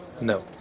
no